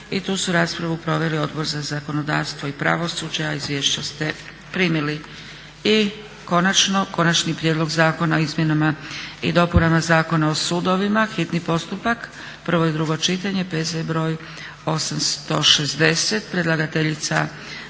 i tu su raspravu proveli Odbor za zakonodavstvo i pravosuđe, a izvješća ste primili. I konačno, - Konačni prijedlog zakona o izmjenama i dopunama Zakona o sudovima, hitni postupak, prvo i drugo čitanje, P.Z. br. 860; Predlagateljica